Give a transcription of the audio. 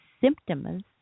symptoms